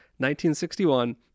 1961